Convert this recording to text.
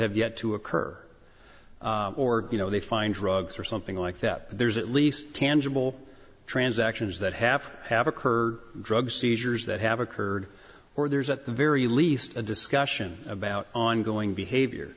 have yet to occur or you know they find drugs or something like that there's at least tangible transactions that half have occurred drug seizures that have occurred or there's at the very least a discussion about ongoing behavior